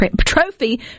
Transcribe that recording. Trophy